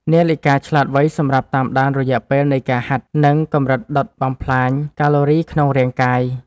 នាឡិកាឆ្លាតវៃសម្រាប់តាមដានរយៈពេលនៃការហាត់ និងកម្រិតដុតបំផ្លាញកាឡូរីក្នុងរាងកាយ។